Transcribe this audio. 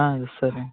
సరే